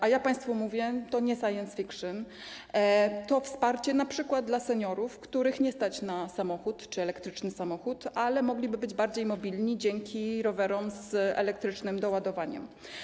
A ja państwu mówię: To nie science fiction, to wsparcie np. dla seniorów, których nie stać na samochód czy elektryczny samochód, ale mogliby być bardziej mobilni dzięki rowerom z elektrycznym doładowaniem.